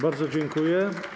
Bardzo dziękuję.